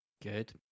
Good